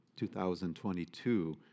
2022